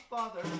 Father